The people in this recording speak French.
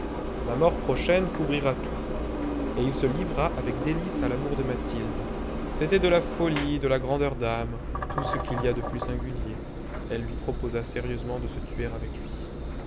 ma mort prochaine couvrira tout et il se livra avec délices à l'amour de mathilde c'était de la folie de la grandeur d'âme tout ce qu'il y a de plus singulier elle lui proposa sérieusement de se tuer avec lui